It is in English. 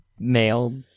Male